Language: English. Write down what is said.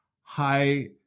high